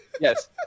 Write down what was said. yes